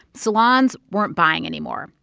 salons weren't buying anymore.